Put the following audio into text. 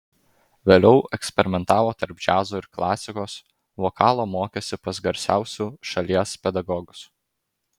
vėliau eksperimentavo tarp džiazo ir klasikos vokalo mokėsi pas garsiausiu šalies pedagogus